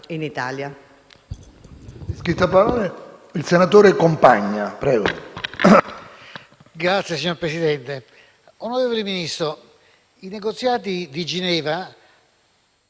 Grazie, signor Presidente.